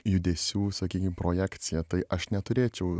judesių sakykim projekciją tai aš neturėčiau